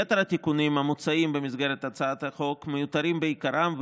יתר התיקונים המוצעים במסגרת הצעת החוק מיותרים בעיקרם,